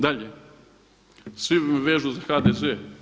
Dalje, svi me vežu za HDZ.